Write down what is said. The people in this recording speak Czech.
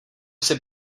jsi